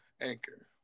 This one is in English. Anchor